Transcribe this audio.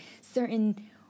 certain